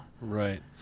Right